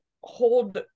hold